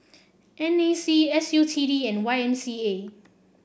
N A C S U T D and Y M C A